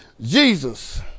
Jesus